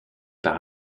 par